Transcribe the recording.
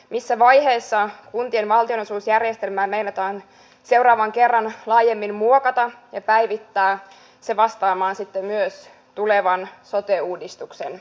missä vaiheessa kuntien valtionosuusjärjestelmää meinataan seuraavan kerran laajemmin muokata ja päivittää se vastaamaan myös tulevan sote uudistuksen vaatimuksia